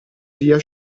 via